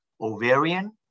ovarian